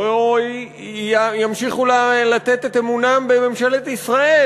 לא ימשיכו לתת את אמונם בממשלת ישראל.